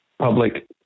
public